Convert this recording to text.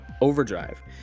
Overdrive